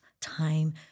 time